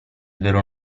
vero